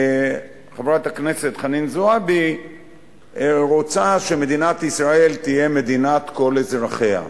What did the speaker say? וחברת הכנסת חנין זועבי רוצה שמדינת ישראל תהיה מדינת כל אזרחיה,